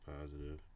positive